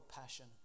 passion